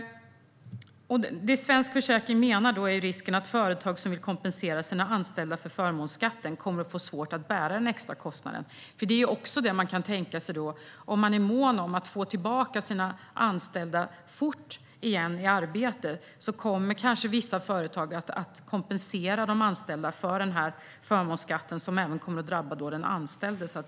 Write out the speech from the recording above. Det Svensk Försäkring menar är att det finns en risk för att företag som vill kompensera sina anställda för förmånsskatten kommer att få svårt att bära den extra kostnaden. Man kan ju tänka sig att företag som är måna om att få tillbaka sina anställda i arbete fort kommer att vilja kompensera sina anställda för denna förmånsskatt, som alltså kommer att drabba den anställde.